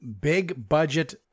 big-budget